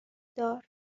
دار